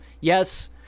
Yes